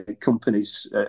companies